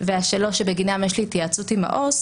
והשלוש בגינן יש התייעצות עם העובד